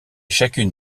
chacune